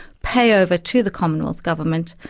pay over to the commonwealth government,